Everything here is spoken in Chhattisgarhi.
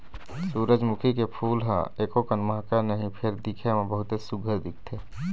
सूरजमुखी के फूल ह एकोकन महकय नहि फेर दिखे म बहुतेच सुग्घर दिखथे